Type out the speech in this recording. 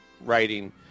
writing